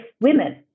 women